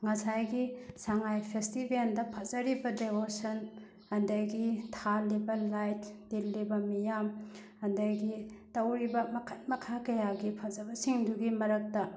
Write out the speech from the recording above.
ꯉꯁꯥꯏꯒꯤ ꯁꯉꯥꯏ ꯐꯦꯁꯇꯤꯕꯦꯜꯗ ꯐꯖꯔꯤꯕ ꯗꯦꯀꯣꯔꯁꯟ ꯑꯗꯒꯤ ꯊꯥꯜꯂꯤꯕ ꯂꯥꯏꯠ ꯇꯤꯜꯂꯤꯕ ꯃꯤꯌꯥꯝ ꯑꯗꯒꯤ ꯇꯧꯔꯤꯕ ꯃꯈꯟ ꯃꯈꯥ ꯀꯌꯥꯒꯤ ꯐꯖꯕꯁꯤꯡꯗꯨꯒꯤ ꯃꯔꯛꯇ